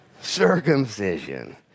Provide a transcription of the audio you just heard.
Circumcision